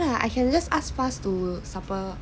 I can just ask fast to supper